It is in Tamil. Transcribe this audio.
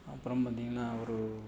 அப்புறம் பார்த்திங்கன்னா ஒரு